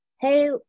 hey